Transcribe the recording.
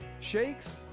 shakes